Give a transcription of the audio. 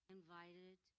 invited